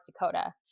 Dakota